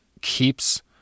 keeps